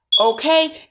Okay